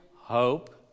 hope